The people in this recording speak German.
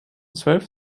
zwölf